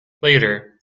later